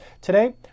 Today